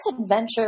adventure